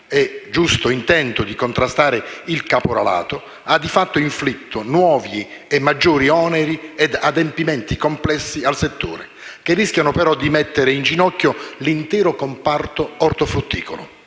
e giusto intento di contrastare il caporalato, ha di fatto inflitto nuovi e maggiori oneri ed adempimenti complessi al settore, che rischiano però di mettere in ginocchio l'intero comprato ortofrutticolo.